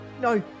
no